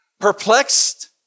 Perplexed